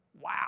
Wow